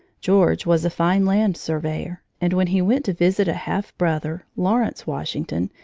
george was a fine land surveyor, and when he went to visit a half-brother, lawrence washington,